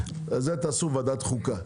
את זה תעשו בוועדת החוקה.